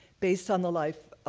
based on the life,